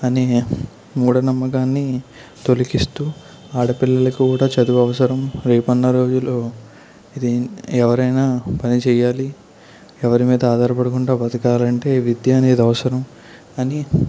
అనే మూఢనమ్మకాన్ని తొలగిస్తూ ఆడపిల్లలకు కూడా చదువవసరం రేపన్న రోజులో ఇది ఎవరైనా పని చేయాలి ఎవరి మీద ఆధారపడకుండా బతకాలంటే విద్య అనేది అవసరం అని